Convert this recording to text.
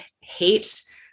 hate